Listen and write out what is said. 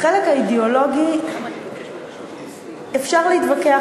על החלק האידיאולוגי אפשר להתווכח,